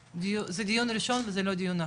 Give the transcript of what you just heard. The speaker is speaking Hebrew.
זה דיון ראשון וזה לא דיון אחרון.